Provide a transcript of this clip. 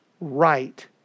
right